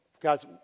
Guys